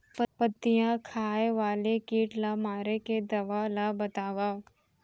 पत्तियां खाए वाले किट ला मारे के दवा ला बतावव?